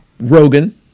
Rogan